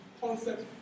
concept